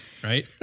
right